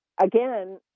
again